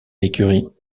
l’écurie